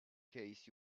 case